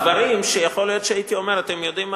דברים שיכול להיות שהייתי אומר: אתם יודעים מה?